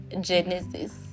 Genesis